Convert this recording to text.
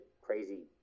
crazy